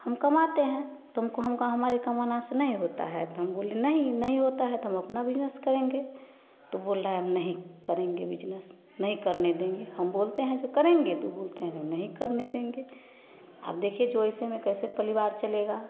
हम कमाते हैं तुमको हमका हमारे कमाना से नहीं होता है त हम बोले नहीं नहीं होता है तो हम अपना बिज़नस करेंगे तो बोल रहा है हम नहीं करेंगे बिजनस नहीं करने देंगे हम बोलते हैं जो करेंगे तो वो बोलते हैं जे हम नहीं करने देंगे अब देखिए जो ऐसे में कैसे परिवार चलेगा